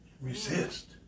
Resist